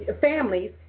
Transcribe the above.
Families